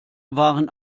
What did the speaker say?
waren